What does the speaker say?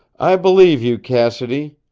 i believe you, cassidy.